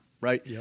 Right